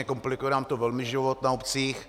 Komplikuje nám to velmi život na obcích.